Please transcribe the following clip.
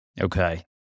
Okay